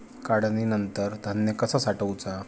काढणीनंतर धान्य कसा साठवुचा?